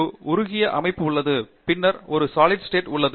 ஒரு உருகிய மாநில உள்ளது பின்னர் திரவ நிலை உள்ளது பின்னர் ஒரு திட நிலை உள்ளது